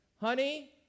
Honey